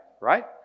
Right